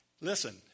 Listen